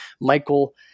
Michael